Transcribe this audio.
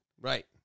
Right